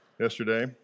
Yesterday